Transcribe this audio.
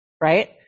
right